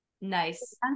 nice